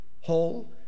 whole